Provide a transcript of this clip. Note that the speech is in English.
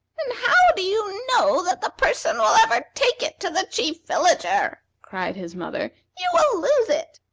and how do you know that the person will ever take it to the chief villager? cried his mother. you will lose it,